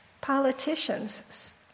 politicians